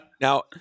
now